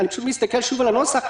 אני מסתכל שוב על הנוסח,